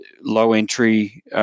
low-entry